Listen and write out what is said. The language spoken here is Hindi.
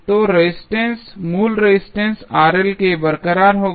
तो रेजिस्टेंस मूल रेजिस्टेंस बरकरार होगा